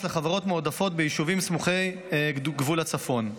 לחברות מועדפות ביישובים סמוכי גבול הצפון,